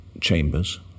chambers